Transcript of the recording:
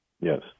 Yes